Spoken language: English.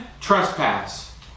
trespass